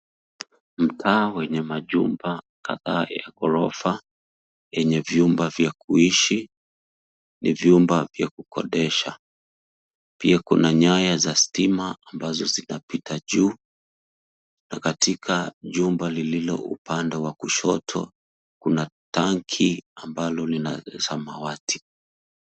Mtaa wenye majumba kadhaa ya ghorofa, yenye vyumba vya kuishi. Ni vyumba vya kukodesha. Pia kuna nyaya za stima ambazo zinapita juu. Na katika jumba lililo upande wa kushoto, kuna tanki ambalo lina samawati.